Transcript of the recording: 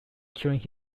killing